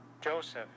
Joseph